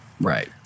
Right